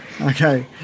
Okay